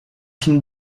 film